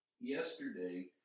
Yesterday